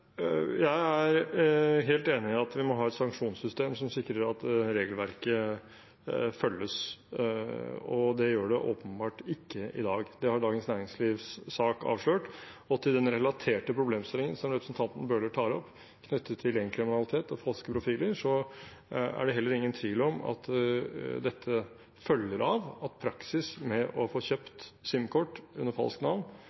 Jeg er helt enig i at vi må ha et sanksjonssystem som sikrer at regelverket følges. Det gjør det åpenbart ikke i dag, det har saken i Dagens Næringsliv avslørt. Til den relaterte problemstillingen som representanten Bøhler tar opp knyttet til gjengkriminalitet og falske profiler, er det heller ingen tvil om at dette følger av at praksis med å få